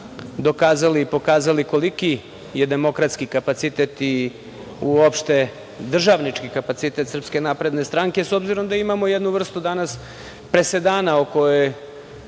dokazali, pokazali koliki je demokratski kapacitet i uopšte državnički kapacitet SNS, s obzirom da imamo jednu vrstu presedana o kojem